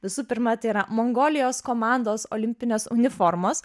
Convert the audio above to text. visų pirma tai yra mongolijos komandos olimpinės uniformos